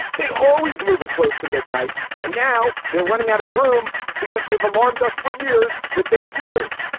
they always move it close to midnight and now they're running out of room because they've alarmed us for years with their fears.